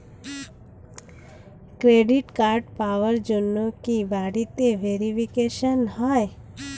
Credit card পাওয়ার জন্য কি বাড়িতে ভেরিফিকেশন হয়?